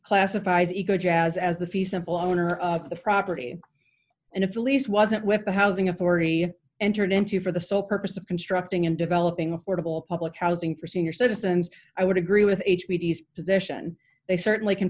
classifies eco jazz as the fee simple owner of the property and if the lease wasn't with the housing authority entered into for the sole purpose of constructing and developing affordable public housing for senior citizens i would agree with h b east position they certainly can